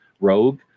Rogue